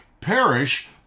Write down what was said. perish